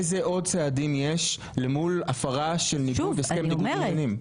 איזה עוד צעדים יש למול הפרה של ניגוד הסכם ניגוד עניינים?